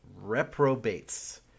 Reprobates